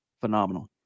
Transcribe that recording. phenomenal